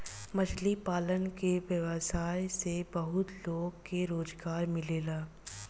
मछली पालन के व्यवसाय से बहुत लोग के रोजगार मिलेला